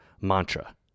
mantra